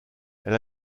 elle